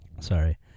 Sorry